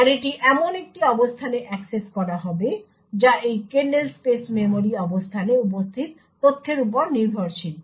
অ্যারেটি এমন একটি অবস্থানে অ্যাক্সেস করা হবে যা এই কার্নেল স্পেস মেমরি অবস্থানে উপস্থিত তথ্যের উপর নির্ভরশীল